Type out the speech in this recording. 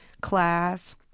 class